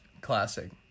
classic